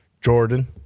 Jordan